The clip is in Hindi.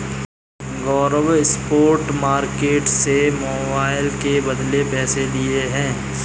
गौरव स्पॉट मार्केट से मोबाइल के बदले पैसे लिए हैं